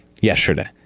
yesterday